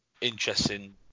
interesting